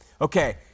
Okay